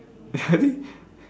I think